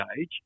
age